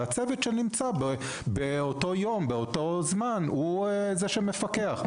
והצוות שנמצא באותו יום ובאותו זמן הוא זה שמפקח.